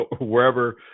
wherever